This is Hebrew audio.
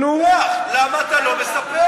תספח, למה אתה לא מספח?